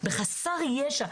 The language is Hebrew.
בחסר ישע,